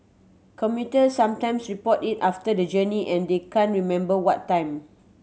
commuter sometimes report it after the journey and they can't remember what time